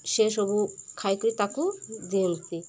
ସେ ସବୁ ଖାଇକରି ତାକୁ ଦିଅନ୍ତି